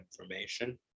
information